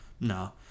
No